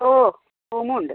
ഓ റൂമും ഉണ്ട്